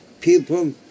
people